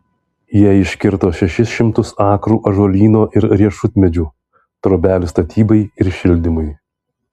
jie iškirto šešis šimtus akrų ąžuolyno ir riešutmedžių trobelių statybai ir šildymui